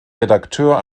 redakteur